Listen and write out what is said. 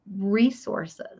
resources